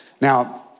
Now